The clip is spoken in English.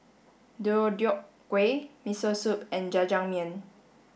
Deodeok Gui Miso Soup and Jajangmyeon